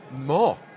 More